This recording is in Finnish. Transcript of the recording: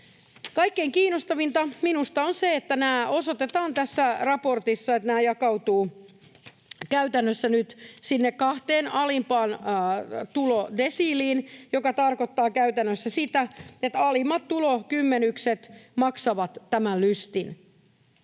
Kaikkein kiinnostavinta minusta on se, että tässä raportissa osoitetaan, että nämä jakautuvat käytännössä nyt sinne kahteen alimpaan tulodesiiliin, mikä tarkoittaa käytännössä sitä, että alimmat tulokymmenykset maksavat tämän lystin.